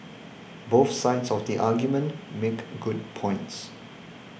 both sides of the argument make good points